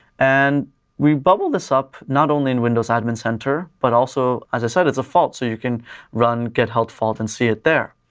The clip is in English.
and we bubble this up, not only in windows admin center but also, as i said it's a fault, so you can run get-help fault and see it there.